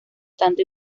tanto